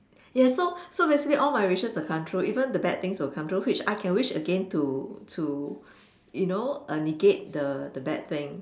yes so so basically all my wishes will come true even the bad things will come true which I can wish again to to you know negate the the bad things